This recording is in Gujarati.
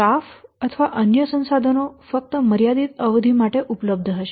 સ્ટાફ અથવા અન્ય સંસાધનો ફક્ત મર્યાદિત અવધિ માટે ઉપલબ્ધ હશે